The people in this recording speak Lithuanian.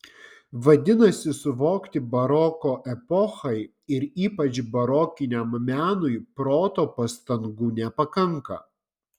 vadinasi suvokti baroko epochai ir ypač barokiniam menui proto pastangų nepakanka